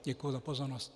Děkuji za pozornost.